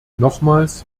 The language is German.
nochmals